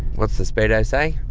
what's the speedo say?